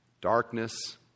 darkness